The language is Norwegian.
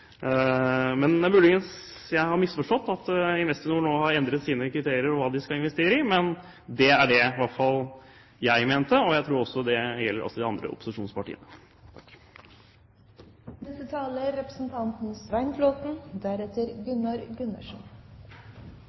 Men det er mulig jeg har misforstått, at Invstinor nå har endret sine kriterier for hva de skal investere i. Men det var i hvert fall det jeg mente, og jeg tror også det gjelder de andre opposisjonspartiene. Bare et par kommentarer til representanten